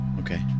Okay